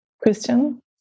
Christian